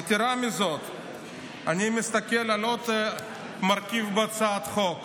יתרה מזו, אני מסתכל על עוד מרכיב בהצעת החוק.